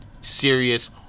serious